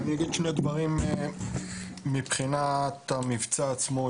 אני אגיד שני דברים מבחינת המבצע עצמו.